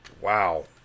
Wow